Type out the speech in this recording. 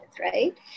Right